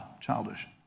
childish